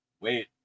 Wait